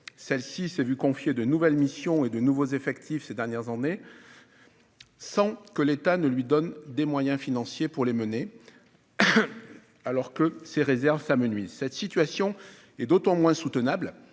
Celle-ci s'est vu confier de nouvelles missions et de nouveaux effectifs ces dernières années, sans que l'État lui donne les moyens de les financer, alors que ses réserves s'amenuisent. Cette situation est d'autant moins soutenable